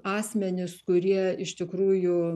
asmenys kurie iš tikrųjų